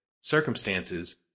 circumstances